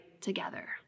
together